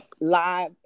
Live